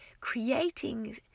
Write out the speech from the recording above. creating